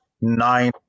nine